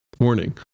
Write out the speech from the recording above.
Warning